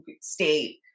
state